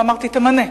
ואמרתי: תמנה,